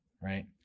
right